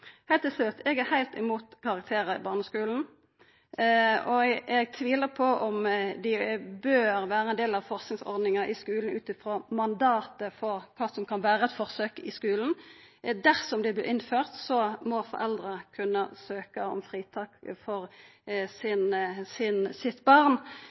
Heilt til slutt: Eg er heilt imot karakterar i barneskulen. Eg tvilar på om det bør vera ein del av forsøksordninga i skulen ut frå mandatet for kva som kan vera eit forsøk i skulen. Dersom det vert innført, må foreldra kunna søkja om fritak for sitt barn.